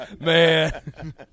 Man